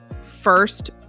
first